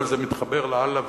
אבל זה מתחבר לאללה,